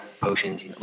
potions